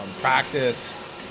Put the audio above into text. practice